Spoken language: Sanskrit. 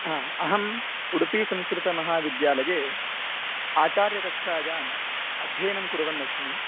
हा अहम् उडुपिसंस्कृतमहाविद्यालये आचार्यकक्षायाम् अध्ययनं कुर्वन्नस्मि